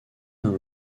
dans